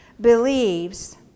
believes